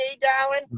darling